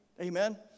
Amen